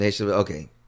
Okay